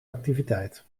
activiteit